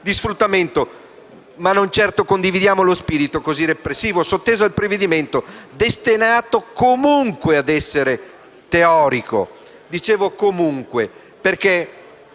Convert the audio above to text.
ma non certo condividiamo lo spirito, così repressivo, sotteso ad un provvedimento destinato comunque ad essere teorico. Dico «comunque» perché,